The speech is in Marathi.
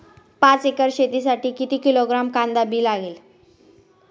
पाच एकर शेतासाठी किती किलोग्रॅम कांदा बी लागेल?